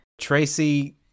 Tracy